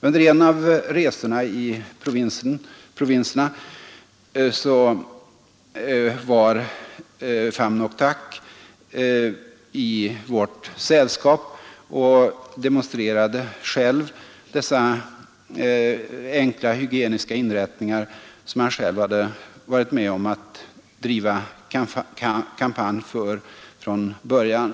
Under en av resorna i provinserna var Pham Ngoc Thach i vårt sällskap och demonstrerade dessa enkla hygieniska anordningar, som han själv hade varit med om att driva kampanj för från början.